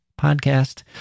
podcast